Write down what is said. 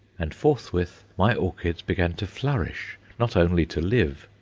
and forthwith my orchids began to flourish not only to live.